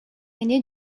ainé